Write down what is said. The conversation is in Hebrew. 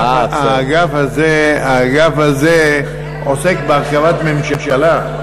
האגף הזה עוסק בהרכבת ממשלה.